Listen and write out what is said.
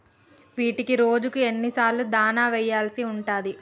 వీటికి రోజుకు ఎన్ని సార్లు దాణా వెయ్యాల్సి ఉంటది?